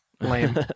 lame